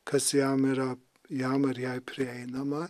kas jam yra jam ar jai prieinama